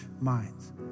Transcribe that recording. minds